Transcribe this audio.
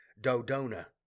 Dodona